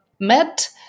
met